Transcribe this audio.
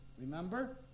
remember